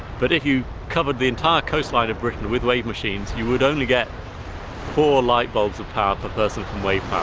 but if you covered the entire coastline of britain with wave machines, you would only get four light bulbs of power per person from wave power.